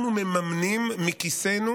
אנחנו מממנים מכיסנו,